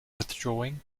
withdrawing